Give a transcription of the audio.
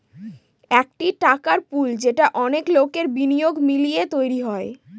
একটি টাকার পুল যেটা অনেক লোকের বিনিয়োগ মিলিয়ে তৈরী হয়